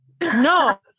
No